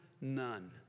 none